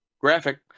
Graphic